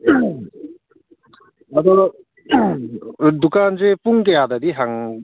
ꯑꯗꯣ ꯗꯨꯀꯥꯟꯁꯦ ꯄꯨꯡ ꯀꯌꯥꯗꯗꯤ